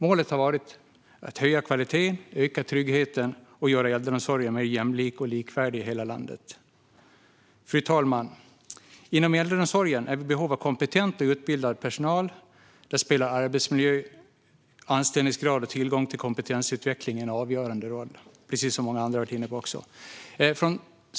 Målet har varit att höja kvaliteten, öka tryggheten och göra äldreomsorgen mer jämlik och likvärdig i hela landet. Fru talman! Äldreomsorgen är i behov av kompetent och utbildad personal. Då är arbetsmiljö, anställningsgrad och tillgång till kompetensutveckling avgörande, precis som många andra har varit inne på.